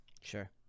sure